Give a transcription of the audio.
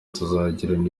tuzagirana